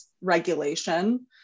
regulation